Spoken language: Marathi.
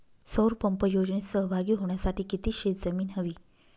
सौर पंप योजनेत सहभागी होण्यासाठी किती शेत जमीन हवी?